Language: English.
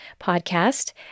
podcast